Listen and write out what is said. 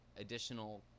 additional